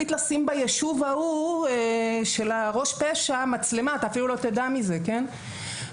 לשים ביישוב ההוא של ראש הפשע מצלמה ואתה אפילו לא תדע על כך.